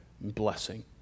blessing